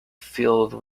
filled